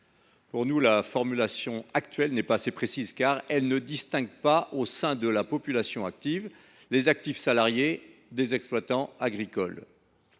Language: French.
La formulation actuelle n’est pas assez précise, car elle ne distingue pas, au sein de la population active, les actifs salariés des exploitants agricoles.